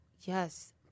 Yes